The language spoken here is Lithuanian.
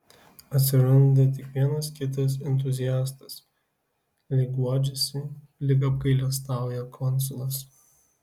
atsiranda tik vienas kitas entuziastas lyg guodžiasi lyg apgailestauja konsulas